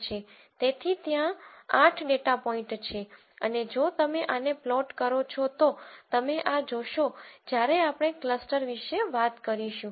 તેથી ત્યાં 8 data points છે અને જો તમે આને પ્લોટ કરો છો તો તમે આ જોશો જ્યારે આપણે ક્લસ્ટર વિશે વાત કરીશું